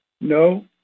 No